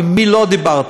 עם מי לא דיברתי?